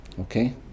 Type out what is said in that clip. Okay